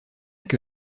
que